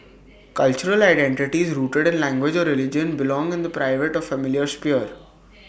cultural identities rooted in language or religion belong in the private or familial sphere